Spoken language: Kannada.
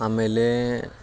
ಆಮೇಲೆ